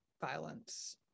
violence